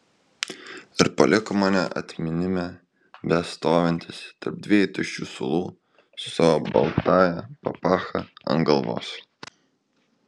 ir paliko mano atminime bestovintis tarp dviejų tuščių suolų su savo baltąja papacha ant galvos